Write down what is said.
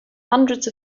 hundreds